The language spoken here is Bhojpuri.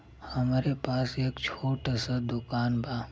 हमरे पास एक छोट स दुकान बा